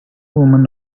woman